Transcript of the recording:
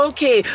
Okay